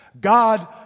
God